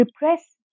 repress